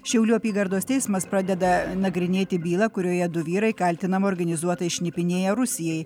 šiaulių apygardos teismas pradeda nagrinėti bylą kurioje du vyrai kaltinami organizuotai šnipinėję rusijai